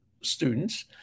students